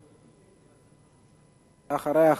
ואחריה,